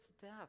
death